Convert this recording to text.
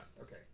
okay